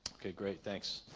ok great thanks